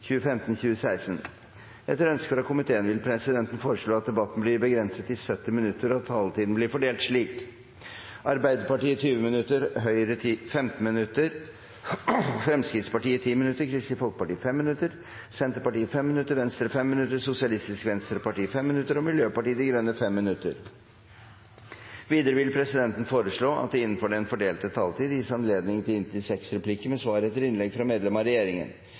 vil presidenten foreslå at debatten blir begrenset til 70 minutter, og at taletiden blir fordelt slik: Arbeiderpartiet 20 minutter, Høyre 15 minutter, Fremskrittspartiet 10 minutter, Kristelig Folkeparti 5 minutter, Senterpartiet 5 minutter, Venstre 5 minutter, Sosialistisk Venstreparti 5 minutter og Miljøpartiet De Grønne 5 minutter. Videre vil presidenten foreslå at det – innenfor den fordelte taletid – blir gitt anledning til inntil seks replikker med svar etter innlegg fra medlemmer av regjeringen.